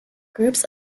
groups